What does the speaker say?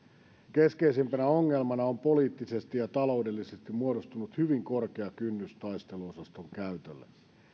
keskeisimpänä ongelmana on poliittisesti ja taloudellisesti muodostunut hyvin korkea kynnys taisteluosaston käytölle